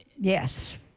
Yes